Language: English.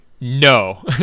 No